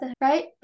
Right